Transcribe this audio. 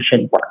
work